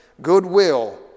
goodwill